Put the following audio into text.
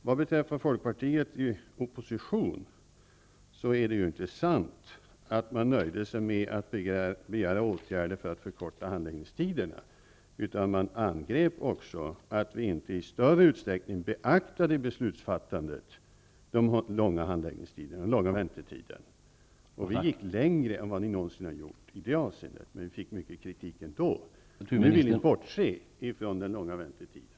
Vad beträffar Folkpartiets tid i opposition, är det inte sant att partiet nöjde sig med att begära åtgärder för att förkorta handläggningstiderna. Folkpartiet angrep också den tidigare regeringen för att inte i större utsträckning i beslutsfattandet beakta de långa handläggningstiderna och väntetiderna. Den socialdemokratiska regeringen gick längre än vad ni någonsin har gjort i det avseendet. Men vi fick mycket kritik ändå. Nu vill ni i fortsättningen bortse från den långa väntetiden.